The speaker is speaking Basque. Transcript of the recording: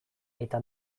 eta